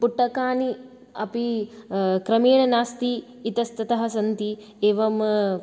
पुटकानि अपि क्रमेण नास्ति इतस्ततः सन्ति एवं